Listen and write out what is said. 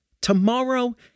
Tomorrow